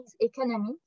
economy